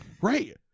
Right